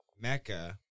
Mecca